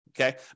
Okay